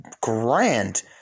grand